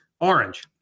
orange